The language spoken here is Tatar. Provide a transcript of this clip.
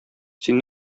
син